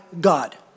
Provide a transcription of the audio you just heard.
God